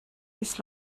this